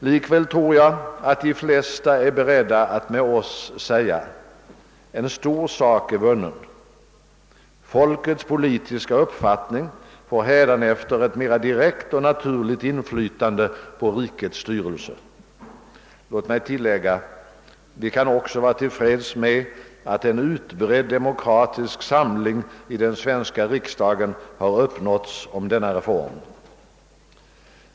Likväl tror jag att de flesta är beredda att med oss säga: En stor sak är vunnen. Folkets politiska uppfattning får hädanefter ett mera direkt och naturligt inflytande på rikets styrelse. Låt mig tillägga: Vi kan också vara till freds med att en utbredd demokratisk samling i den svenska riksdagen har uppnåtts om denna reform.